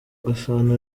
gasana